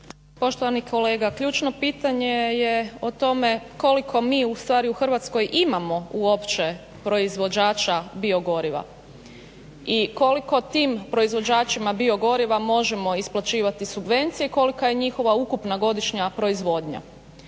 Poštovani kolega, ključno pitanje je o tome koliko mi u stvari u Hrvatskoj imamo uopće proizvođača biogoriva i koliko tim proizvođačima biogoriva možemo isplaćivati subvencije i kolika je njihova ukupna godišnja proizvodnja.